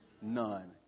None